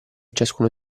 ciascuno